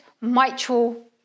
mitral